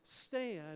stand